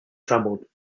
trembled